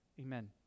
Amen